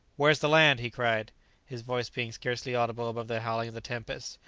where's the land? he cried his voice being scarcely audible above the howling of the tempest.